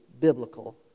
biblical